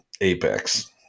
apex